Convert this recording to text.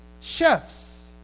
chefs